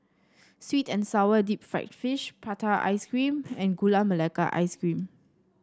sweet and sour Deep Fried Fish Prata Ice Cream and Gula Melaka Ice Cream